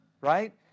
right